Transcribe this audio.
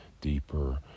deeper